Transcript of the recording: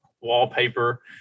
wallpaper